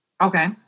okay